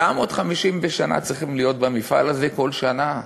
950 בשנה צריכים להיות במפעל הזה, כל שנה?